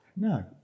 No